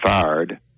fired